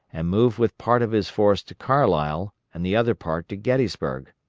and move with part of his force to carlisle and the other part to gettysburg.